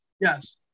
Yes